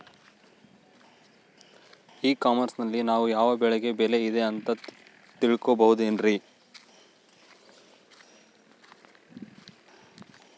E commerce ನಲ್ಲಿ ನಾವು ಯಾವ ಬೆಳೆಗೆ ಬೆಲೆ ಇದೆ ಅಂತ ತಿಳ್ಕೋ ಬಹುದೇನ್ರಿ?